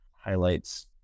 highlights